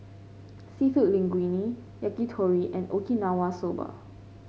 seafood Linguine Yakitori and Okinawa Soba